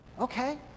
Okay